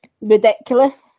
ridiculous